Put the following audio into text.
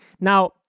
Now